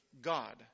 God